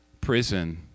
prison